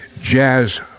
Jazz